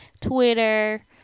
Twitter